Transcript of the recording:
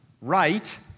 right